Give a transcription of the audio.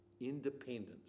independence